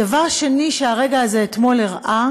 והדבר השני, שהרגע הזה אתמול הראה